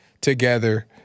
together